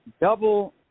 Double